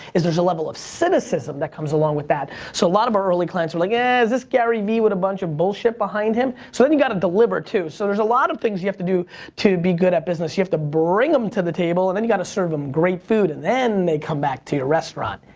is there's a level of cynicism that comes along with that. so a lot of our early clients were like, ah, is this gary vee with a buncha bullshit behind him? so then you gotta deliver too. so there's a lot of things you have to do to be good at business. you have to bring em to the table, and then you gotta serve em great food. and then, they come back to your restaurant.